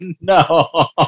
no